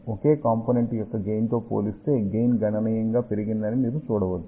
ఒకే component యొక్క gain తో పోలిస్తే గెయిన్ గణనీయంగా పెరిగిందని మీరు చూడవచ్చు